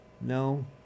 no